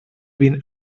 been